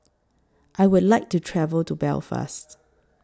I Would like to travel to Belfast